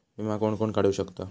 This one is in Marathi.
विमा कोण कोण काढू शकता?